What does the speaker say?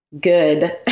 good